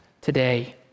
today